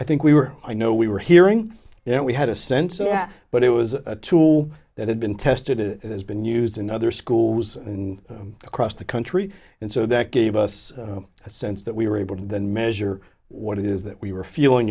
i think we were i know we were hearing you know we had a sense but it was a tool that had been tested it has been used in other schools and across the country and so that gave us a sense that we were able to then measure what it is that we were feeling